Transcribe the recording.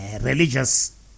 Religious